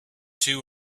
two